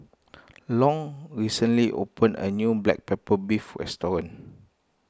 Long recently opened a new Black Pepper Beef restaurant